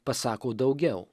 pasako daugiau